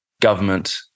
government